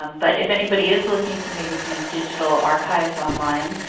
um but if anybody is looking to maybe do digital archives online,